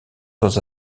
dans